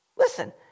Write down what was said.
Listen